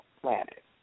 planet